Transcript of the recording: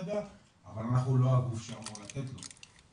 אבל אנחנו לא הגוף שאמור לתת לו,